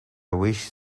wish